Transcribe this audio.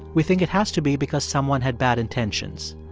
we think it has to be because someone had bad intentions.